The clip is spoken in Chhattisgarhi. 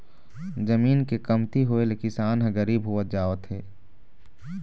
जमीन के कमती होए ले किसान ह गरीब होवत जावत हे